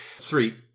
Three